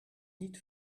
niet